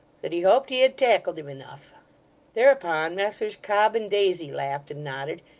that he hoped he had tackled him enough thereupon messrs cobb and daisy laughed, and nodded,